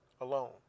alone